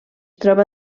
troba